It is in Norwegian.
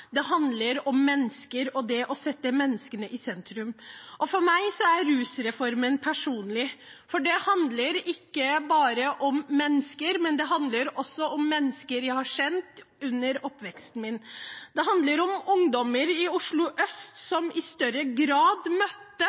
det handler om mennesker og å sette mennesket i sentrum. For meg er rusreformen personlig, for det handler ikke bare om mennesker, men det handler også om mennesker jeg har kjent under oppveksten min. Det handlet om ungdommer i Oslo øst som i større grad møtte